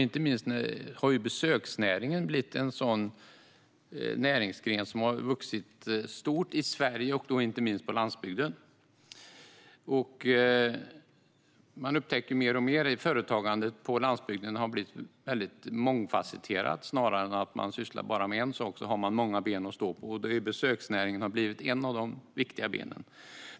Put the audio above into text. Inte minst har besöksnäringen blivit en näringsgren som har vuxit mycket i Sverige, och så även på landsbygden. Man upptäcker mer och mer hur mångfasetterat företagandet på landsbygden har blivit. I stället för att företag sysslar med bara en enda sak har de nu många ben att stå på. Besöksnäringen har blivit ett av dessa viktiga ben.